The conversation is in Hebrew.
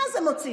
מה זה מוציא?